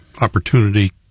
Opportunity